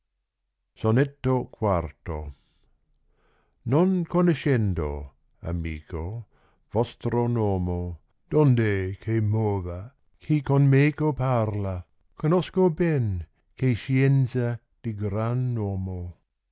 sonetto iv n on conoscendo amico vostro nomo donde che mova chi con meco parla conosco ben eh è scienza di gran nomo